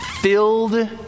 filled